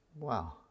Wow